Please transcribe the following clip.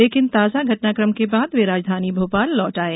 लेकिन ताजा घटनाकम के बाद वे राजधानी भोपाल लौट आये